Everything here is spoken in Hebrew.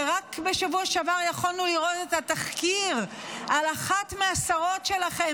שרק בשבוע שעבר יכולנו לראות את התחקיר על אחת מהשרות שלכם,